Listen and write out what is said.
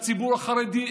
שהציבור החרדי,